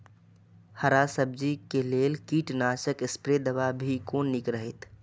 हरा सब्जी के लेल कीट नाशक स्प्रै दवा भी कोन नीक रहैत?